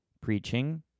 preaching